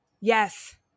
Yes